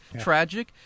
tragic